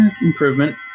Improvement